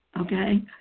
Okay